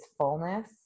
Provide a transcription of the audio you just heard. fullness